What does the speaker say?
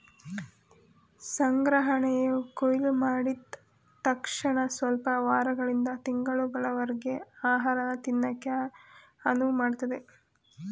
ಸಂಗ್ರಹಣೆಯು ಕೊಯ್ಲುಮಾಡಿದ್ ತಕ್ಷಣಸ್ವಲ್ಪ ವಾರಗಳಿಂದ ತಿಂಗಳುಗಳವರರ್ಗೆ ಆಹಾರನ ತಿನ್ನಕೆ ಅನುವುಮಾಡ್ತದೆ